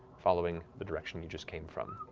following the direction you just came from.